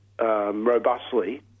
robustly